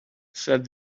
said